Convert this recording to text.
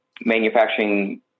manufacturing